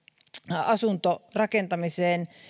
asuntorakentamiseen